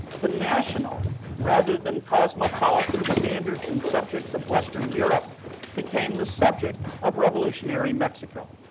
the national rather than cosmopolitan standards and subjects of western europe became the subject of revolutionary mexico.